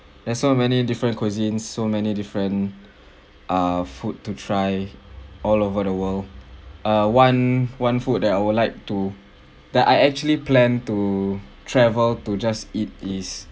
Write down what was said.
there's so many different cuisines so many different uh food to try all over the world uh one one food that I would like to that I actually plan to travel to just eat is